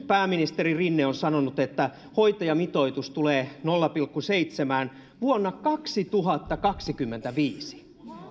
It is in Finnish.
pääministeri rinne on sanonut että hoitajamitoitus tulee nolla pilkku seitsemään vuonna kaksituhattakaksikymmentäviisi